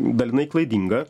dalinai klaidinga